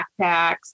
backpacks